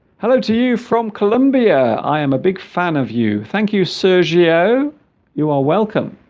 hello to you from columbia i am a big fan of you thank you sergio you are welcome